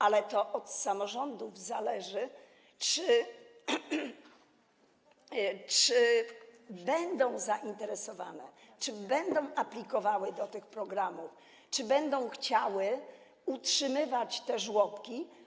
Ale to od samorządów zależy, czy będą zainteresowane, czy będą aplikowały do tych programów, czy będą chciały utrzymywać te żłobki.